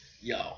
Yo